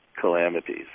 calamities